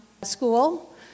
School